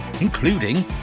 including